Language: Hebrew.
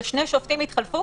ושני שופטים התחלפו,